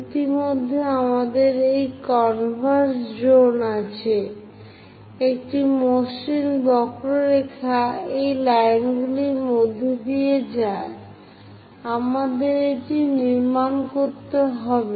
ইতিমধ্যে আমাদের সেই কনভার্স জোন আছে একটি মসৃণ বক্ররেখা এই লাইনগুলির মধ্য দিয়ে যায় আমাদের এটি নির্মাণ করতে হবে